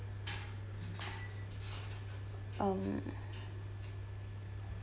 um